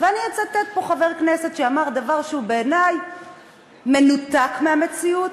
ואני אצטט פה חבר כנסת שאמר דבר שבעיני הוא מנותק מהמציאות,